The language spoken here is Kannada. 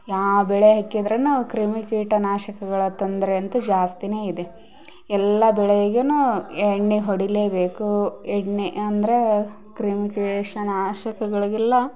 ಯಾವ ಬೆಳೆ ಹಾಕಿದ್ರುನು ಕ್ರಿಮಿ ಕೀಟ ನಾಶಕಗಳ ತೊಂದರೆ ಅಂತು ಜಾಸ್ತಿನೇ ಇದೆ ಎಲ್ಲ ಬೆಳೆಗುನು ಎಣ್ಣೆ ಹೊಡಿಲೇಬೇಕು ಎಣ್ಣೆ ಅಂದರೆ ಕ್ರಿಮಿ ಕೀಶ ನಾಶಕಗಳಿಗೆಲ್ಲ